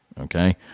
Okay